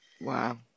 Wow